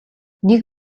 нэг